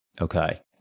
Okay